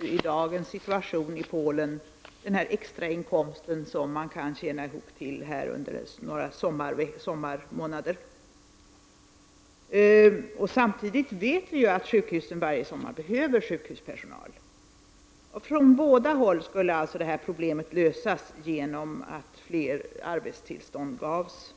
i dagens situation i Polen behövs den extra inkomst som det går att tjäna ihop under några sommarmå nader. Samtidigt vet vi ju att sjukhusen varje sommar behöver sjukhuspersonal. Detta problem skulle lösas från båda håll om flera arbetstillstånd gavs.